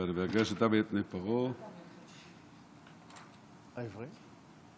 ואז הקדוש ברוך הוא מתגלה במכת בכורות ומראה שהוא שולט,